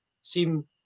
seem